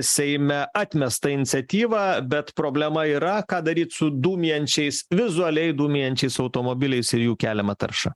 seime atmestą iniciatyvą bet problema yra ką daryt su dūmijančiais vizualiai dūmijančiais automobiliais ir jų keliama tarša